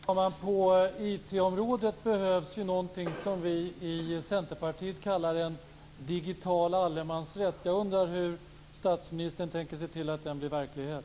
Herr talman! På IT-området behövs någonting som vi i Centerpartiet kallar en digital allemansrätt. Jag undrar hur statsministern tänker se till att den blir verklighet.